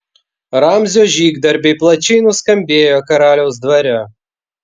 ramzio žygdarbiai plačiai nuskambėjo karaliaus dvare